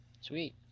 Sweet